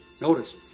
Notice